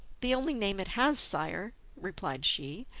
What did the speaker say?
the only name it has, sire, replied she,